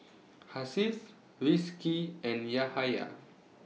Hasif Rizqi and Yahaya